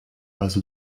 also